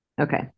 Okay